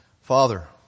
Father